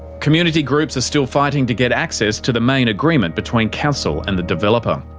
community groups are still fighting to get access to the main agreement between council and the developer.